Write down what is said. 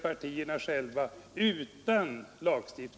Detta vill jag än en gång understryka.